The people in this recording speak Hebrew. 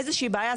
"איזו שהיא בעיה",